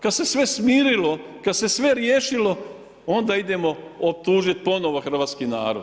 Kad se sve smirilo, kad se sve riješilo onda idemo optužit ponovo hrvatski narod.